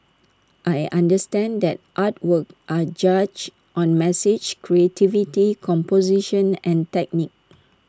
I understand that artworks are judged on message creativity composition and technique